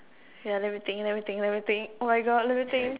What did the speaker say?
ya let me think let me think let me think oh my god let me think